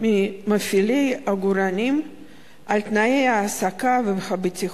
ממפעילי עגורנים על תנאי ההעסקה והבטיחות,